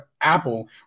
Apple